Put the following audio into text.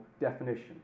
definition